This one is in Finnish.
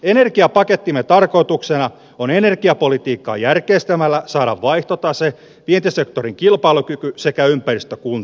energiapakettimme tarkoituksena on energiapolitiikkaa järkeistämällä saada vaihtotase vientisektorin kilpailukyky sekä ympäristö kuntoon